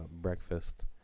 breakfast